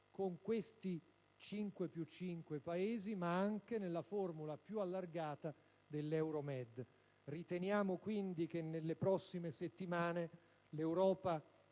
con questi Paesi (i 5+5), ma anche nella formula più allargata dell'Euromed. Riteniamo, quindi, che nelle prossime settimane l'Europa